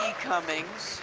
cummings